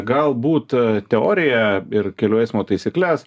galbūt teoriją ir kelių eismo taisykles